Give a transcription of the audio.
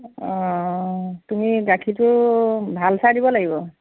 অঁ তুমি গাখীৰটো ভাল চাই দিব লাগিব